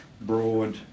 broad